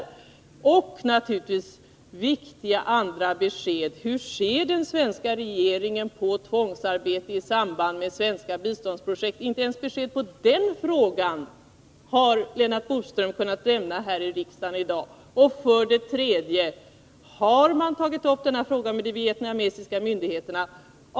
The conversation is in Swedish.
Vi önskar naturligtvis även andra viktiga besked. Hur ser t.ex. den svenska regeringen på tvångsarbete i samband med svenska biståndsprojekt? Inte ens på den frågan har Lennart Bodström kunnat lämna ett svar här i riksdagen i dag. Har man tagit upp denna fråga med vietnamesiska myndigheter?